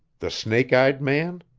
the snake-eyed man?